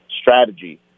strategy